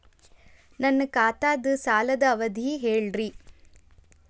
ನನ್ನ ಖಾತಾದ್ದ ಸಾಲದ್ ಅವಧಿ ಹೇಳ್ರಿ